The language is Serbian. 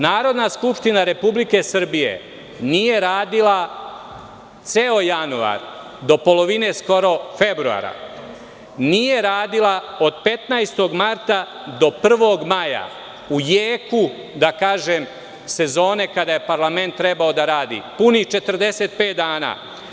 Narodna skupština Republike Srbije nije radila ceo januar do skoro polovine februara, nije radila od 15. marta do 1. maja u jeku, da kažem, sezone kada je parlament trebao da radi, punih 45 dana.